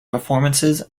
performances